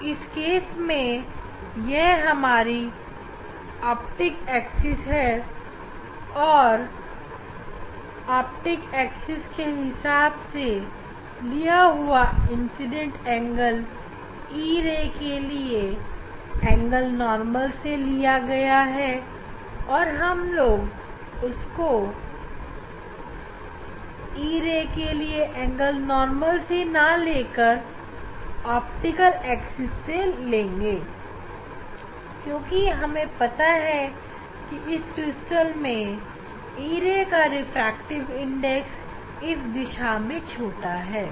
तो इस प्रकरण में यह हमारी ऑप्टिक एक्सिस है और ऑप्टिक एक्सिस के हिसाब से लिया हुआ इंसीडेंट एंगल e ray के लिए एंगल नॉर्मल से ना लेकर हम लोग उसको ऑप्टिक एक्सिस लेंगे और क्योंकि हमें पता है कि इस क्रिस्टल में e ray का रिफ्रैक्टिव इंडेक्स इस दिशा में छोटा होता है